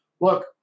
look